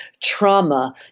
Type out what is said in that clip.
trauma